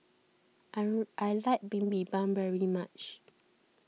I like Bibimbap very much